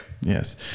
Yes